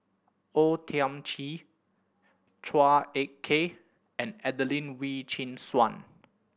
O Thiam Chin Chua Ek Kay and Adelene Wee Chin Suan